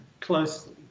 closely